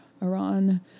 Iran